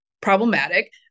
problematic